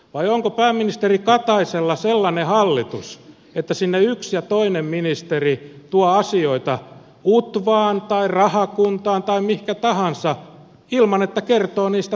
vai onko pääministeri kataisella sellainen hallitus että yksi ja toinen ministeri tuovat asioita utvaan tai rahakuntaan tai mihin tahansa ilman että kertovat niistä pääministerille